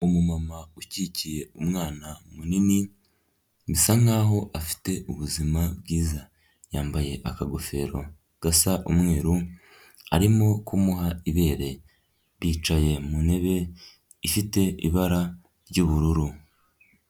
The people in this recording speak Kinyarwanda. Umumama ukikiye umwana munini bisa nkaho afite ubuzima bwiza, yambaye akagofero gashya umweru, arimo kumuha ibere bicaye mu ntebe ifite ibara ry'ubururu.